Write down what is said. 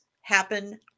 happen